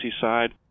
side